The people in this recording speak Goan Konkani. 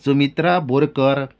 सुमित्रा बोरकर